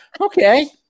okay